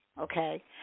okay